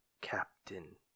captain